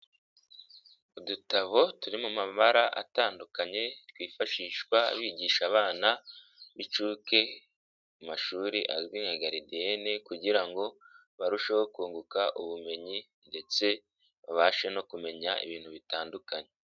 Udutabo turi mu mabara atandukanye, twifashishwa bigisha abana b'inshuke, mu mashuri azwi nka garidiene kugira ngo barusheho kunguka ubumenyi ndetse babashe no kumenya ibintu bitandukanye.